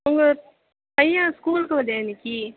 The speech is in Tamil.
உங்கள் பையன் ஸ்கூலுக்கு வர்ல்லையா இன்னைக்கு